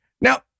Now